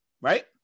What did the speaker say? Right